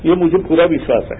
ये मुझे पूरा विश्वास है